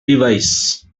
device